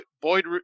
Boyd